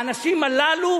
האנשים הללו